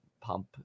pump